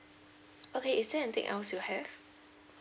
okay is there anything else you have